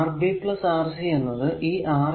Rb Rc എന്നത് ഈ Ra